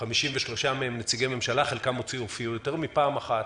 53 מהם נציגי ממשלה, שחלקם הופיעו יותר מפעם אחת.